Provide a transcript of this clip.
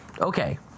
okay